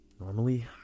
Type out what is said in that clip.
Normally